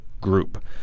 group